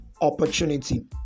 opportunity